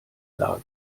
sagen